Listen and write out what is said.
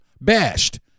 bashed